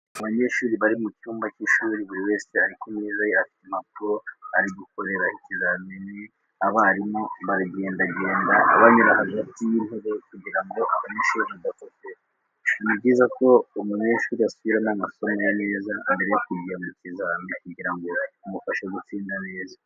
Abanyeshuri bari mu cyumba cy'ishuri buri wese ari ku meza ye afite impapuro ari gukoreraho ikizamini abarimu baragendagenda banyura hagati y'itebe kugira ngo abanyeshuri badakopera. Ni byiza ko umunyeshuri asubiramo amasomo ye neza mbere yo kujya mu kizamini kugira ngo bimufashe gutsinda neza.